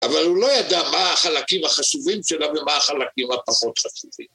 אבל הוא לא ידע מה החלקים החשובים שלו ומה החלקים הפחות חשובים.